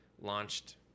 launched